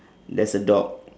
there's a dog